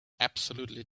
absolutely